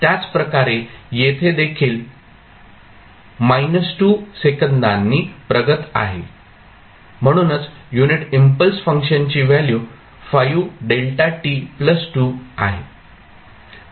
त्याच प्रकारे येथे देखील 2 सेकंदांनी प्रगत आहे म्हणूनच युनिट इम्पल्स फंक्शनची व्हॅल्यू आहे